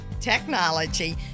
technology